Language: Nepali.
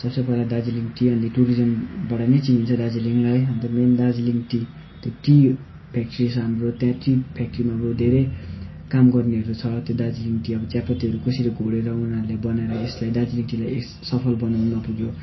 सबसे पहिला दार्जिलिङ टी अनि टुरिज्मबाट नै चिनिन्छ दार्जिलिङलाई अन्त मेन दार्जिलिङ टी त्यो टी फ्याक्ट्री छ हाम्रो त्यहाँ टी फ्याक्ट्रीमा अब धेरै काम गर्नेहरू छ त्यो दार्जिलिङ टी अब चियापत्तीहरू कसरी गोडेर उनीहरूले बनाएर यसलाई दार्जिलिङ टीलाई यस सफल बनाउन पुग्यो